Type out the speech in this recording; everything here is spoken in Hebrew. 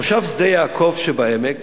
מושב שדה-יעקב שבעמק